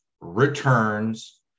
returns